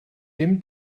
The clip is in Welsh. dim